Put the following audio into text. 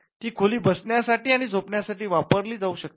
ती खोली बसण्यासाठी आणि झोपण्यासाठी वापरली जाऊ शकते